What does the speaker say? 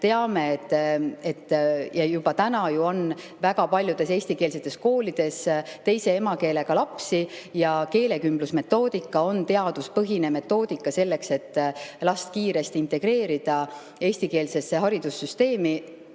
teame, et juba täna on väga paljudes eestikeelsetes koolides teise emakeelega lapsi. Keelekümblusmetoodika on teaduspõhine metoodika selleks, et last kiiresti integreerida eestikeelsesse haridussüsteemi.